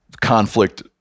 conflict